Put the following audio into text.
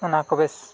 ᱚᱱᱟ ᱠᱚ ᱵᱮᱥ